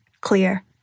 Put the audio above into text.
clear